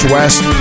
West